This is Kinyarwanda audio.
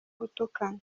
gutukana